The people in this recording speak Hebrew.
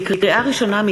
לקריאה ראשונה,